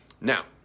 Now